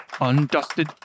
Undusted